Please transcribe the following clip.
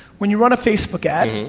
when you run a facebook ad,